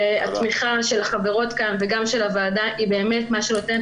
התמיכה של החברות כאן וגם של הוועדה היא מה שנותנת